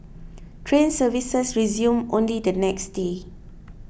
train services resumed only the next day